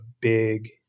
big